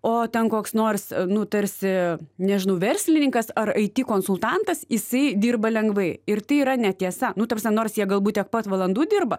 o ten koks nors nu tarsi nežinau verslininkas ar it konsultantas jisai dirba lengvai ir tai yra netiesa nu ta prasme nors jie galbūt tiek pat valandų dirba